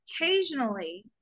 occasionally